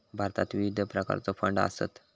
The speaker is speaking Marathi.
भारतात विविध प्रकारचो फंड आसत